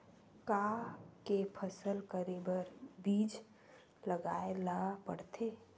का के फसल करे बर बीज लगाए ला पड़थे?